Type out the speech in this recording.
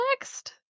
next